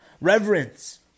reverence